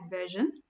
Version